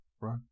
Right